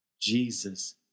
Jesus